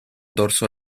dorso